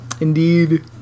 Indeed